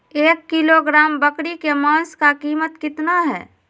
एक किलोग्राम बकरी के मांस का कीमत कितना है?